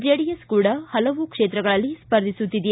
JDS ಕೂಡ ಹಲವು ಕ್ಷೇತ್ರಗಳಲ್ಲಿ ಸ್ಪರ್ಧಿಸುತ್ತಿದೆ